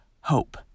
hope